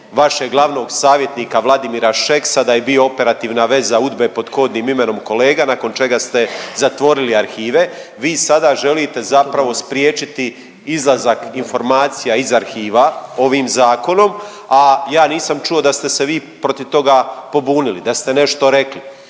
vašeg glavnog savjetnika Vladimira Šeksa da je bio operativna veza Udbe pod kodnim imenom Kolega nakon čega ste zatvorili arhive. Vi sada želite zapravo spriječiti izlazak informacija iz arhiva ovim zakonom, a ja nisam čuo da ste se vi protiv toga pobunili, da ste nešto rekli.